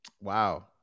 Wow